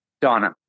Donna